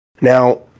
Now